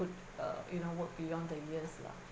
uh you know work beyond the years lah